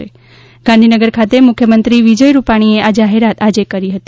માટે ગાંધીનગર ખાતે મુખ્યમંત્રી વિજય રૂપાણીએ આ જાહેરાત આજે કરી હતી